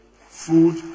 food